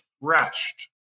refreshed